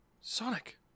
Sonic